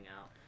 out